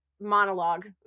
monologue